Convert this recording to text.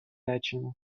речення